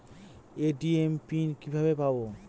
ATM pin কিভাবে পাবো?